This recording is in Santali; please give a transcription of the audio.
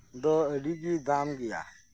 ᱫᱚ ᱟᱹᱰᱤᱜᱤ ᱫᱟᱢ ᱜᱮᱭᱟ